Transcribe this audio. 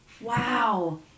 Wow